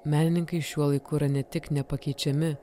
menininkai šiuo laiku yra ne tik nepakeičiami